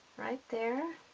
right there